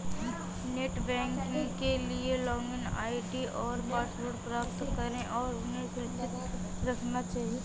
net banking के लिए login ID और पासवर्ड प्राप्त करें और उन्हें सुरक्षित रखना चहिये